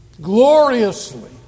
Gloriously